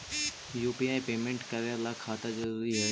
UPI payment करे ला खाता जरूरी है?